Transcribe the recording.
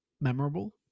memorable